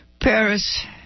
Paris